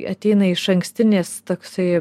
ateina išankstinis toksai